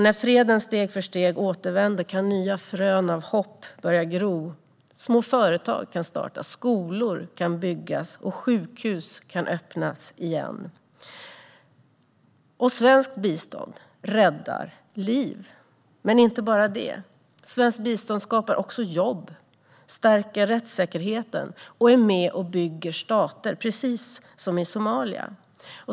När freden steg för steg återvänder kan nya frön av hopp börja gro. Små företag kan startas, skolor kan byggas och sjukhus kan öppnas igen. Svenskt bistånd räddar liv, men inte bara det. Svenskt bistånd skapar också jobb, stärker rättssäkerheten och är med och bygger stater, precis som i Somalia.